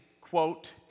quote